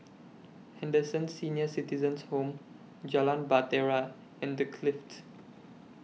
Henderson Senior Citizens' Home Jalan Bahtera and The Clift